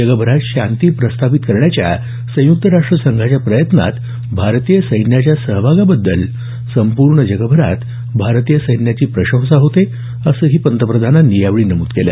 जगभरात शांती प्रस्थापित करण्याच्या संयुक्त राष्ट्र संघाच्या प्रयत्नात भारतीय सैन्याच्या सहभागाबद्दल संपूर्ण जगात भारतीय सैन्याची प्रशंसा होते असंही पंतप्रधानांनी यावेळी नमूद केलं